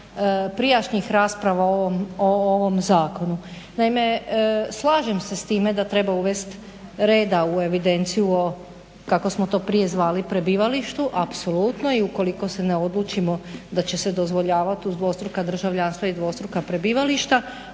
prijašnjih rasprava o ovom zakonu. Naime, slažem se s time da treba uvesti reda u evidenciju o kako smo to prije zvali prebivalištu, apsolutno. I ukoliko se ne odlučimo da će se dozvoljavati uz dvostruka državljanstva i dvostruka prebivališta